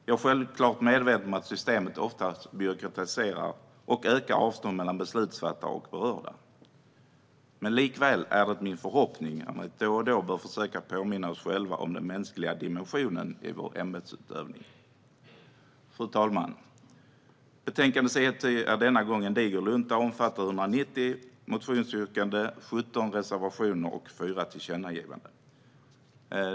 Jag är självklart medveten om att systemet ofta byråkratiserar och ökar avstånd mellan beslutsfattare och berörda, men likväl är det min förhoppning att vi då och då försöker påminna oss själva om den mänskliga dimensionen i vår ämbetsutövning. Fru talman! Betänkande CU10 är denna gång en diger lunta och omfattar 190 motionsyrkanden, 17 reservationer och fyra tillkännagivanden.